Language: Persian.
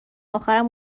اخرم